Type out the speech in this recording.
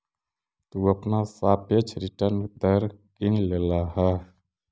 तु अपना सापेक्ष रिटर्न दर गिन लेलह